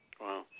Wow